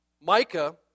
Micah